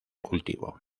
cultivo